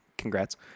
Congrats